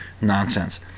nonsense